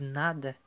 nada